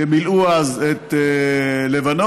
שמילאו אז את לבנון,